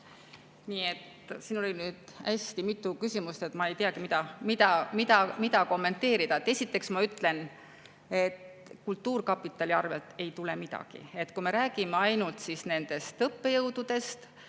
küsida. Siin oli nüüd hästi mitu küsimust. Ma ei teagi, mida kommenteerida. Esiteks ma ütlen, et kultuurkapitali arvelt ei tule midagi. Kui me räägime ainult nendest õppejõududest